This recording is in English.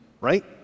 right